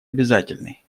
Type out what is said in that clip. обязательной